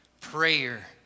prayer